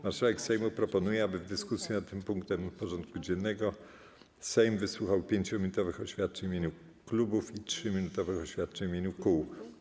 Marszałek Sejmu proponuje, aby w dyskusji nad tym punktem porządku dziennego Sejm wysłuchał 5-minutowych oświadczeń w imieniu klubów i 3-minutowych oświadczeń w imieniu kół.